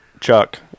Chuck